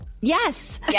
Yes